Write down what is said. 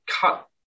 cut